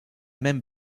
même